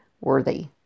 worthy